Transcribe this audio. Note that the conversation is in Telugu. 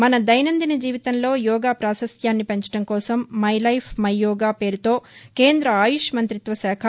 మన దైనందిన జీవితంలో యోగా ప్రాశస్త్యాన్ని పెంచడం కోసం మై లైఫ్ మై యోగ పేరుతో కేంద్ర ఆయుష్ మంత్రిత్వ శాఖ